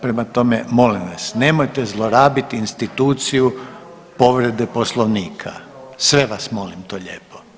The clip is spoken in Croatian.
Prema tome molim vas nemojte zlorabiti instituciju povrede Poslovnika, sve vas molim to lijepo.